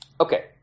Okay